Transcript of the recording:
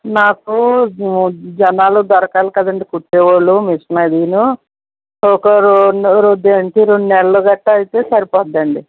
నాకు దొ జనాలు దొరకాలి కదండీ కుట్టేవాళ్ళు మిషను అదీను ఒక రెండు రోజు కాంచి రెండు నెలలు అట్టా అయితే సరిపోద్దండి